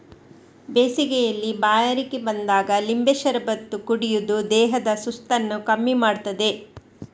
ಬೇಸಿಗೆಯಲ್ಲಿ ಬಾಯಾರಿಕೆ ಬಂದಾಗ ಲಿಂಬೆ ಶರಬತ್ತು ಕುಡಿಯುದು ದೇಹದ ಸುಸ್ತನ್ನ ಕಮ್ಮಿ ಮಾಡ್ತದೆ